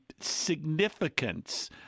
significance